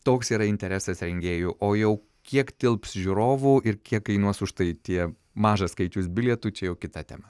toks yra interesas rengėjų o jau kiek tilps žiūrovų ir kiek kainuos už tai tie mažas skaičius bilietų čia jau kita tema